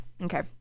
Okay